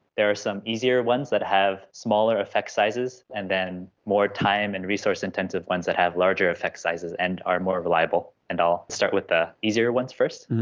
there are some easier ones ones that have smaller effect sizes and then more time and resource intensive ones that have larger effect sizes and are more reliable. and i'll start with the easier ones first.